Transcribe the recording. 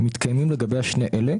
ומתקיימים לגביה שני אלה